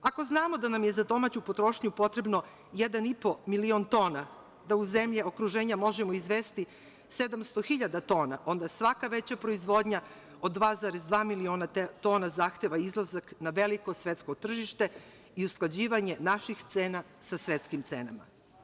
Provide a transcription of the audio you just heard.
Ako znamo da nam je za domaću potrošnju potreban 1,5 milion tona da u zemlje okruženja možemo izvesti 700.000 tona, onda svaka veća proizvodnja od 2,2 miliona tona zahteva izlazak na veliko svetsko tržište i usklađivanje naših cena sa svetskim cenama.